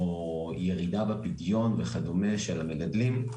או ירידה בפדיון וכדומה של המגדלים,